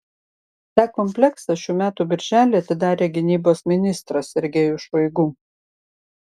tą kompleksą šių metų birželį atidarė gynybos ministras sergejus šoigu